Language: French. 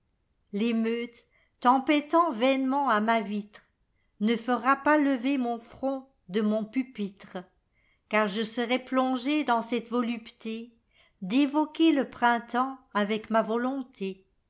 l'émeute tempêtant vainement à ma vitre ne fera pas lever mon front de mon pupitre car je serai plongé dans cette volupté d'évoquer le printemps avec ma volonté